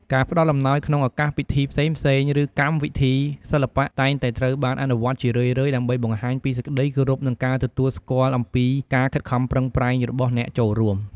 ការផ្តល់អំណោយក្នុងឱកាសពិធីផ្សេងៗ ឬកម្មវិធីសិល្បៈ តែងតែត្រូវបានអនុវត្តជារឿយៗ ដើម្បីបង្ហាញពីសេចក្ដីគោរព និងការទទួលស្គាល់អំពីការខិតខំប្រឹងប្រែងរបស់អ្នកចូលរួម។